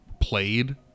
played